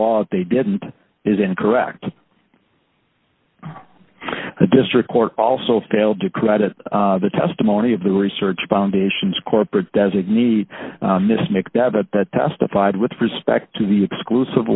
law they didn't is incorrect the district court also failed to credit the testimony of the research foundation's corporate designee this make that that testified with respect to the exclusive